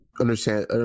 understand